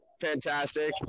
fantastic